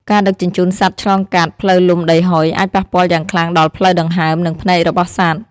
ការដឹកជញ្ជូនសត្វឆ្លងកាត់ ផ្លូវលំដីហុយ អាចប៉ះពាល់យ៉ាងខ្លាំងដល់ផ្លូវដង្ហើម និងភ្នែករបស់សត្វ។